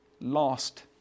last